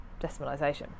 decimalisation